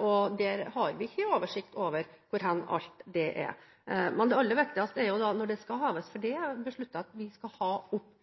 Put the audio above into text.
og vi har ikke oversikt over hvor alt det er. Men det aller viktigste når den skal heves, for det er besluttet at vi skal ha opp